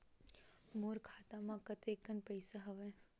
मोर खाता म कतेकन पईसा हवय?